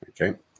okay